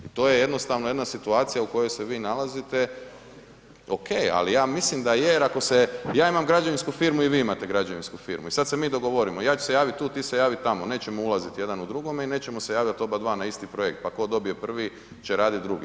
To je jednostavno jedna situacija u kojoj se vi nalazite, ok, ali ja mislim da je jer ako se, ja imam građevinsku firmu i vi imate građevinsku firmu i sad se mi dogovorimo, ja ću se javiti tu, ti se javi tamo, nećemo ulaziti jedan u drugome i nećemo se javljati oba dva na isti projekt, pa tko dobije prvi će radit drugi.